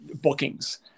bookings